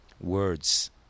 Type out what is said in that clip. words